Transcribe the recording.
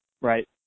right